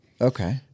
Okay